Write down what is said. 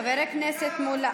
חבר הכנסת מולא.